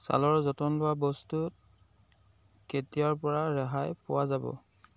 ছালৰ যতন লোৱা বস্তুত কেতিয়াৰ পৰা ৰেহাই পোৱা যাব